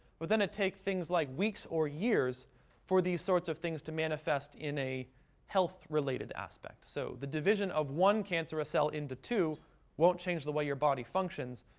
but then it'd take things like weeks, or years for these sorts of things to manifest in a health-related aspect. so, the division of one cancerous cell into two won't change the way your body functions,